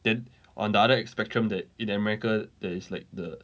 then on the other spectrum that in america there is like the